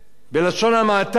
בלשון המעטה